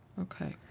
Okay